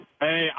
Hey